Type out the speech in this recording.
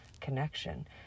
connection